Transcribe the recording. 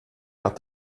out